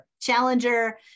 Challenger